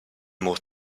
more